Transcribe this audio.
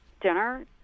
dinner